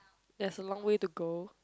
there's a long way to go